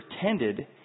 pretended